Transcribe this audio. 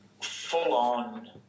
full-on